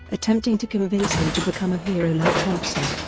attempting to convince him to become a hero like thompson.